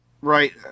Right